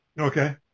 Okay